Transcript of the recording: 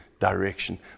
Direction